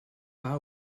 pas